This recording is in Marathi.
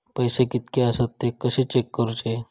पैसे कीतके आसत ते कशे चेक करूचे?